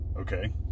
Okay